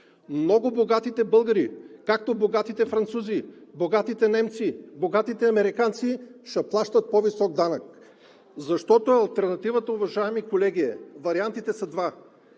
Много богатите българи, както богатите французи, богатите немци, богатите американци, ще плащат по-висок данък. Алтернативата, уважаеми колеги, е – вариантите са два